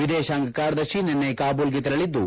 ವಿದೇಶಾಂಗ ಕಾರ್ಯದರ್ಶಿ ನಿನ್ನೆ ಕಾಬೂಲ್ಗೆ ತೆರಳಿದ್ದು